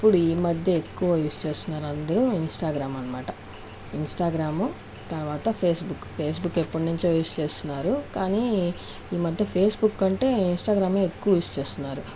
ఇప్పుడు ఈమధ్య ఎక్కువ యూస్ చేస్తున్నారు అందరు ఇంస్టాగ్రామ్ అన్నమాట ఇంస్టాగ్రాము తర్వాత ఫేస్బుక్ ఫేస్బుక్ ఎప్పటి నుంచో యూస్ చేస్తున్నారు కానీ ఈమధ్య ఫేస్బుక్కు కంటే ఇంస్టాగ్రామ్యే ఎక్కువ యూస్ చేస్తున్నారు